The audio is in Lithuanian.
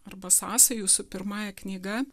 arba sąsajų su pirmąja knyga